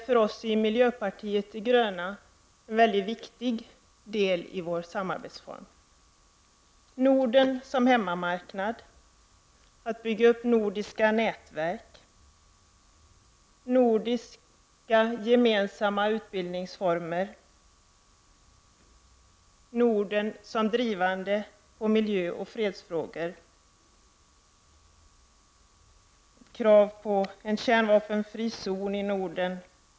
För oss i miljöpartiet de gröna är Norden en väldigt viktig del som samarbetsform. De väsentliga frågor vi har att arbeta med är bl.a. följande: —- Norden som pådrivande när det gäller miljöoch LFedstrågor, — krav på en kärnvapenfri zon i Norden.